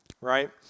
right